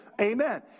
amen